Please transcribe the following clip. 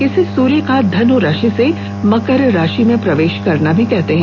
इसे सूर्य का धनु राशि से मकर राशि में प्रवेश करना भी कहते हैं